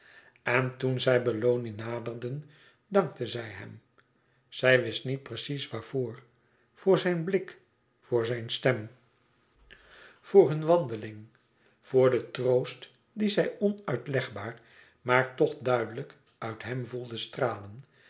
en toen zij belloni naderden dankte zij hem zij wist niet precies waarvoor voor zijn blik voor zijn stem voor hunne wandeling voor den troost dien zij onuitlegbaar maar toch duidelijk uit hem voelde stralen